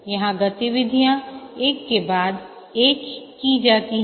यहां गतिविधियां एक के बाद एक की जाती हैं